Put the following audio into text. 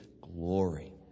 glory